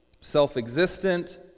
self-existent